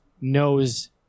knows